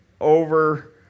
over